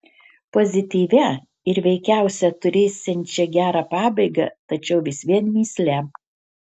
pozityvia ir veikiausia turėsiančia gerą pabaigą tačiau vis vien mįsle